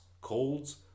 colds